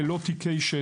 עשו זאת ללא תיקי שטח;